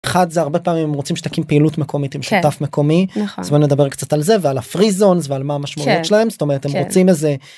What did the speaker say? חד זה הרבה פעמים רוצים שתקים פעילות מקומית עם שותף מקומי נכון אז אולי נדבר קצת על זה ועל ה-free zone ועל מה משמעות שלהם זאת אומרת אם רוצים איזה.